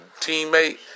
teammate